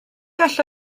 alla